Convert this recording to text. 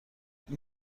اون